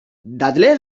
dadle